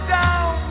down